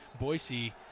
Boise